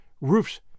roofs